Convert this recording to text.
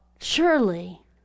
surely